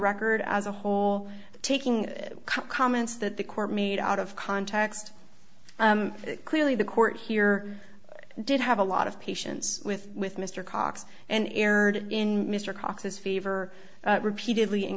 record as a whole taking comments that the court made out of context that clearly the court here did have a lot of patience with with mr cox and erred in mr cox's fever repeatedly in